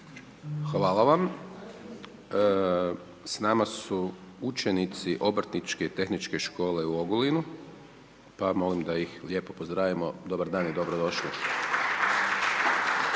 Hvala vam. S nama su učenici obrtničke i tehničke škole u Ogulinu pa molim a ih lijepo pozdravimo dobar dan i dobro došli.